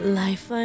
life